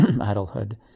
adulthood